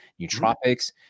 nootropics